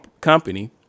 company